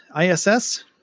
ISS